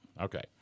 Okay